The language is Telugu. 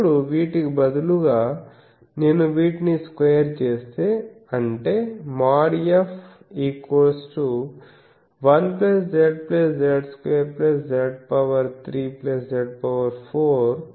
ఇప్పుడు వీటికి బదులుగా నేను వీటిని స్క్వేర్ చేస్తే అంటే │F││1 Z Z2 Z3 Z4